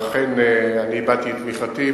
ואכן, הבעתי את תמיכתי.